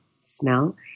smell